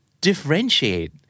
differentiate